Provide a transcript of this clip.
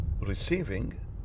receiving